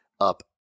up